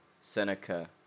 Seneca